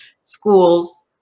schools